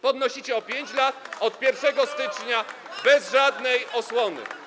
Podnosicie o 5 lat od 1 stycznia, bez żadnej osłony.